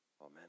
amen